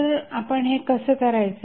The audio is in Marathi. तर आपण हे कसे करायचे